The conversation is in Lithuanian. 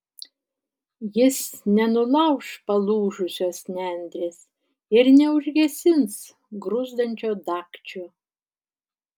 jis nenulauš palūžusios nendrės ir neužgesins gruzdančio dagčio